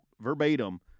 verbatim